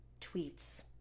tweets